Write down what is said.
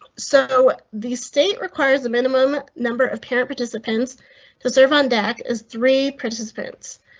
so the state requires a minimum number of parent participants to serve on deck is three participants.